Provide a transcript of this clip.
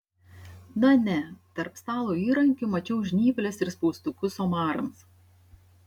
na ne tarp stalo įrankių mačiau žnyples ir spaustukus omarams